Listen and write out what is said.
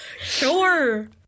Sure